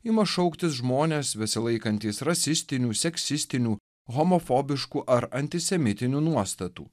ima šauktis žmonės besilaikantys rasistinių seksistinių homofobiškų ar antisemitinių nuostatų